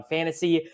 Fantasy